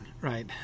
right